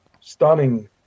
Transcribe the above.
stunning